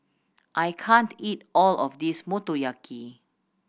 I can't eat all of this Motoyaki